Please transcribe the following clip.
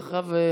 ואחריו,